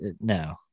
no